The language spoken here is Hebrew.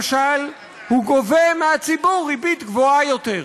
למשל, הוא גובה מהציבור ריבית גבוהה יותר.